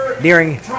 nearing